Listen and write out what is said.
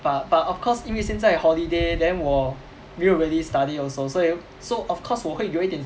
but but of course 因为现在 holiday then 我没有 really study also 所以 so of course 我会有一点